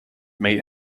meet